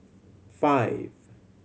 five